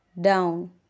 down